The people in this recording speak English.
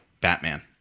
Batman